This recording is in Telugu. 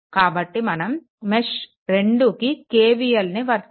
కాబట్టి మనం మెష్2కి KVLని వర్తింప చేయాలి